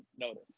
notice